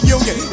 Union